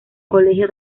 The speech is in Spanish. colegio